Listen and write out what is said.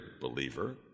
believer